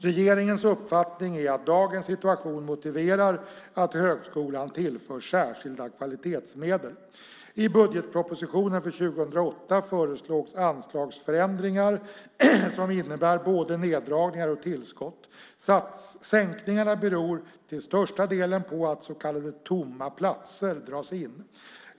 Regeringens uppfattning är att dagens situation motiverar att högskolan tillförs särskilda kvalitetsmedel. I budgetpropositionen för 2008 föreslås anslagsförändringar som innebär både neddragningar och tillskott. Sänkningarna beror till största delen på att så kallade tomma platser dras in.